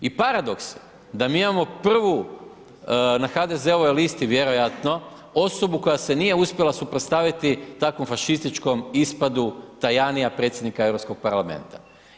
I paradoks, da mi imamo prvu na HDZ-ovoj listi vjerojatno osobu koja se nije uspjela suprotstaviti takvom fašističkom ispadu Tajanija, predsjednika Europskog parlamenta.